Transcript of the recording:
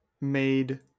made